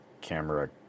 camera